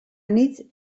anitz